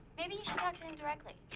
maybe you should talk to him directly.